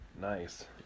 nice